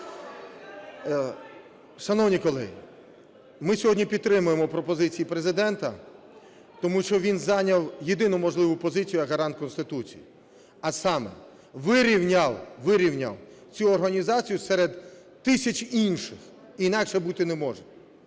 Шановні колеги, ми сьогодні підтримаємо пропозиції Президента, тому що він зайняв єдину можливу позицію як гарант Конституції. А саме, вирівняв цю організацію серед тисяч інших, інакше бути не може.